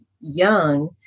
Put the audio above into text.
young